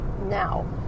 Now